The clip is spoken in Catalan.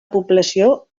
població